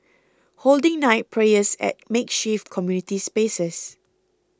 holding night prayers at makeshift community spaces